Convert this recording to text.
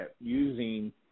using